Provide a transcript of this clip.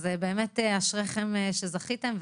אז באמת אשריכם שזכיתם,